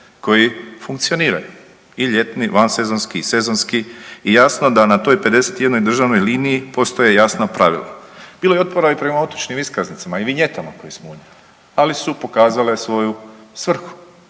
koji funkcioniraju i ljetni, vansezonski i sezonski i jasno da na toj 51 državnoj liniji postoje jasna pravila. Bilo je otpora i prema otočnim iskaznicama i vinjetama koje smo unijeli, ali su pokazale svoju svrhu